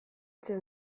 zen